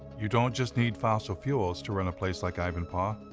you don't just need fossil fuels to run a place like ivanpah,